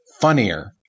funnier